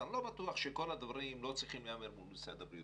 אז אני לא בטוח שכל הדברים לא צריכים להיאמר מול משרד הבריאות